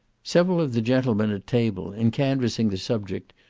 several of the gentlemen at table, in canvassing the subject,